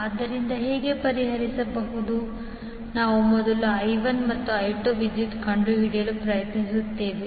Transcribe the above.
ಆದ್ದರಿಂದ ಹೇಗೆ ಪರಿಹರಿಸುವುದು ನಾವು ಮೊದಲು I1 ಮತ್ತು I2 ವಿದ್ಯುತ್ ಕಂಡುಹಿಡಿಯಲು ಪ್ರಯತ್ನಿಸುತ್ತೇವೆ